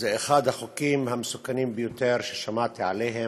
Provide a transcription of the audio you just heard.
זה אחד החוקים המסוכנים ביותר ששמעתי עליהם,